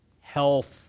health